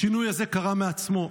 השינוי הזה קרה מעצמו,